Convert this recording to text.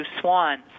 swans